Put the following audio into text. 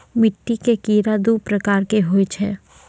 मिट्टी के कीड़ा दू प्रकार के होय छै